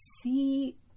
see